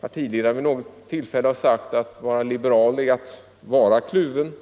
partiledaren vid något tillfälle har sagt: Att vara liberal är att vara kluven.